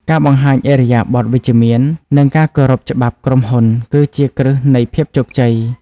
ការបង្ហាញឥរិយាបថវិជ្ជមាននិងការគោរពច្បាប់ក្រុមហ៊ុន គឺជាគ្រឹះនៃភាពជោគជ័យ។